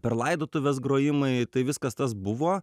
per laidotuves grojimai tai viskas tas buvo